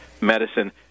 medicine